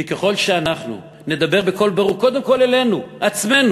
כי ככל שאנחנו נדבר בקול ברור קודם כול אלינו עצמנו,